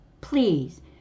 Please